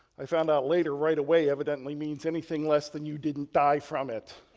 i found out later right away evidently means anything less than you didn't die from it.